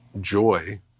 joy